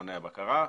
למכוני הבקרה.